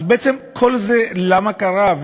אז בעצם כל זה למה קרה,